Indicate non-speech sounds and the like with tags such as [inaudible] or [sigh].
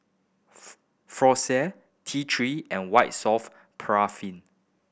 [unintelligible] Floxia T Three and White Soft Paraffin